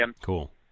Cool